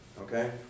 Okay